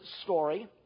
story